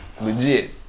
legit